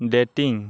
dating